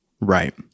right